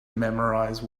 memorize